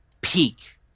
peak